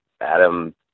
Adam